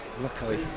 Luckily